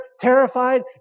terrified